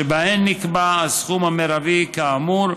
שבהן נקבע הסכום המרבי כאמור,